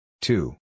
Two